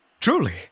Truly